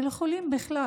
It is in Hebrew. ולחולים בכלל,